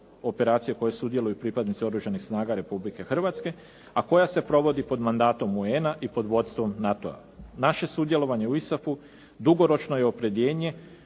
operacija u kojoj sudjeluju pripadnici Oružanih snaga Republike Hrvatske, a koja se provodi pod mandatom UN-a i pod vodstvom NATO-a. Naše sudjelovanje u ISAF-u dugoročno je opredjeljenje